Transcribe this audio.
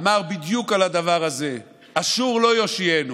אמר בדיוק על הדבר הזה: "אשור לא יושיענו